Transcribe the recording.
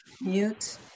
mute